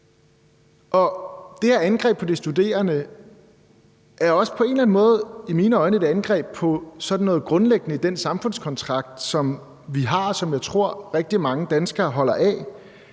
Det her angreb på de studerende er i mine øjne på en eller anden måde også et angreb på sådan noget grundlæggende i den samfundskontrakt, som vi har, og som jeg tror rigtig mange danskere holder af,